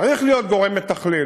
צריך להיות גורם מתכלל.